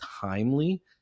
timely